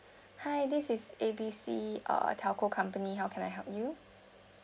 hi this is A B C uh telco company how can I help you